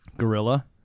Gorilla